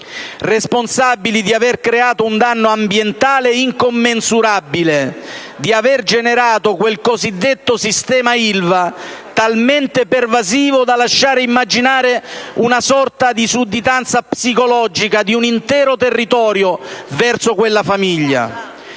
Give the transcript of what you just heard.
responsabili di aver creato un danno ambientale incommensurabile, di aver generato quel cosiddetto sistema Ilva talmente pervasivo da lasciar immaginare una sorta di sudditanza psicologica di un intero territorio verso quella famiglia;